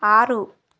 ಆರು